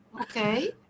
Okay